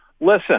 Listen